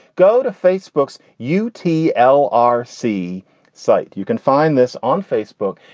go to facebooks, you t l r c site. you can find this on facebook.